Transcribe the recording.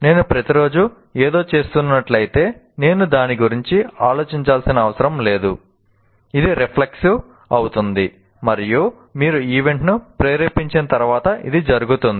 నేను ప్రతిరోజూ ఏదో చేస్తున్నట్లయితే నేను దాని గురించి ఆలోచించాల్సిన అవసరం లేదు ఇది రిఫ్లెక్సివ్ అవుతుంది మరియు మీరు ఈవెంట్ను ప్రేరేపించిన తర్వాత ఇది జరుగుతుంది